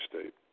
state